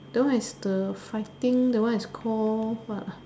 that one is the fighting that one is called what ah